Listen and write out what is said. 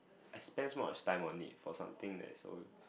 I spend so much time on it for something that is so